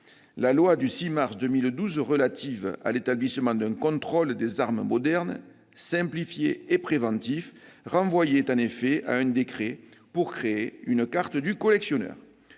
La loi du 6 mars 2012 relative à l'établissement d'un contrôle des armes moderne, simplifié et préventif renvoyait en effet à un décret la création de cette carte de collectionneur.